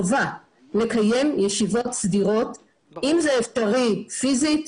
לקיים ישיבות סדירות ואם זה אפשרי פיזית,